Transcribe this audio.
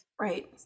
right